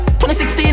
2016